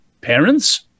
Parents